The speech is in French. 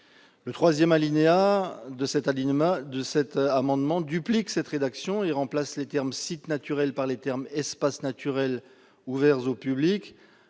Le troisième alinéa de cet amendement vise à dupliquer cette rédaction, en remplaçant les termes « sites naturels » par les termes « espaces naturels ouverts au public